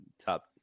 top